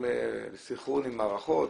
הם בסינכרון עם מערכות,